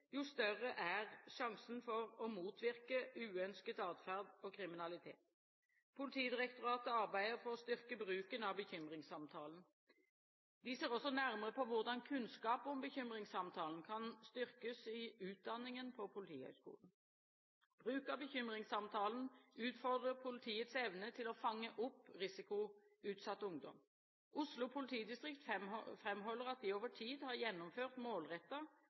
jo større er sjansen for å motvirke uønsket atferd og kriminalitet. Politidirektoratet arbeider med å styrke bruken av bekymringssamtalen. De ser også nærmere på hvordan kunnskap om bekymringssamtalen kan styrkes i utdanningen på Politihøgskolen. Bruk av bekymringssamtalen utfordrer politiets evne til å fange opp risikoutsatt ungdom. Oslo politidistrikt framholder at de over tid har gjennomført